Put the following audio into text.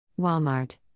Walmart